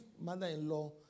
mother-in-law